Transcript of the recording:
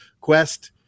quest